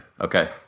Okay